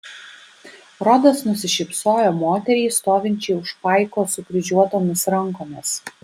rodas nusišypsojo moteriai stovinčiai už paiko sukryžiuotomis rankomis